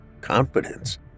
confidence